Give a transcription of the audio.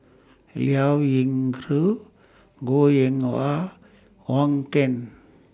Liao Yingru Goh Eng Wah Wong Keen